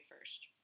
first